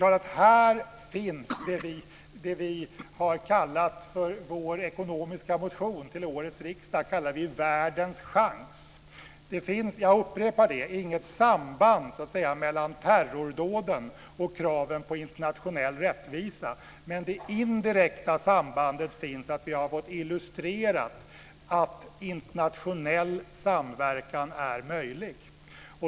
Här finns förstås det som vi i vår ekonomiska motion till årets riksdag har kallat för världens chans. Jag upprepar att det inte finns något samband mellan terrordåden och kravet på internationell rättvisa, men det indirekta sambandet finns i den mån att vi har fått illustrerat att internationell samverkan är möjlig.